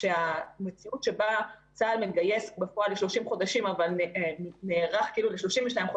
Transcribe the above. שהמציאות שבה צה"ל מגייס בפועל ל-30 חודשים אבל נערך כאילו ל-32,